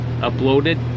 uploaded